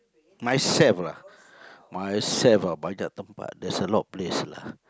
myself lah myself ah banyak tempat there's a lot of place lah